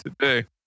today